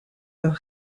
leurs